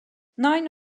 nine